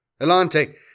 Elante